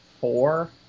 four